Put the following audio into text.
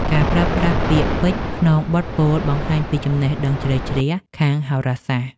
ការប្រើប្រាស់ពាក្យពេចន៍ក្នុងបទពោល បង្ហាញពីចំណេះដឹងជ្រៅជ្រះខាងហោរាសាស្ត្រ។